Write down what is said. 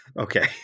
Okay